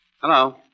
Hello